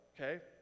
okay